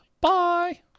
Bye